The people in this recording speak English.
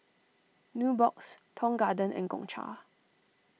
Nubox Tong Garden and Gongcha